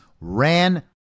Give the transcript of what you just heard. ran